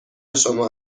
شما